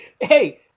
hey